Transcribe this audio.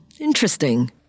Interesting